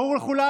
ברור לכולם?